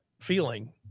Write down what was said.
feeling